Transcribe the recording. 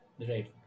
right